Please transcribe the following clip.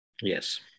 Yes